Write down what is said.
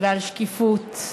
ועל שקיפות.